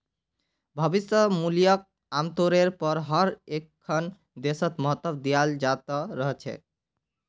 भविष्य मूल्यक आमतौरेर पर हर एकखन देशत महत्व दयाल जा त रह छेक